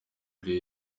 yari